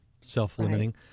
self-limiting